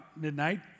midnight